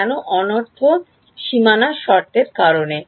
কেন অনর্থ্য সীমানা শর্তের কারণে